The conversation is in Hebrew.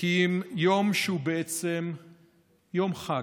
כי אם יום שהוא בעצם יום חג,